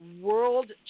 world